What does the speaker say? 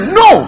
no